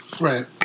Right